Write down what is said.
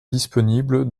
disponible